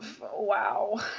Wow